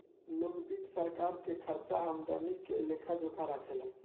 लोक वित्त सरकार के खर्चा आमदनी के लेखा जोखा राखे ला